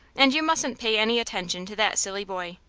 and you mustn't pay any attention to that silly boy.